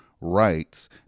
rights